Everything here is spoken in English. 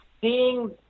seeing